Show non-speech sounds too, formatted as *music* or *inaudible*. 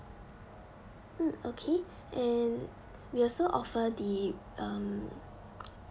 mm okay and we also offer the um *noise*